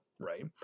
Right